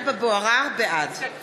בעד